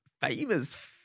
famous